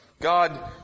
God